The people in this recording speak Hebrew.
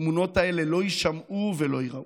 התמונות האלה לא יישמעו ולא ייראו,